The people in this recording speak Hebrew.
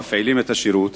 המפעילים את השירות,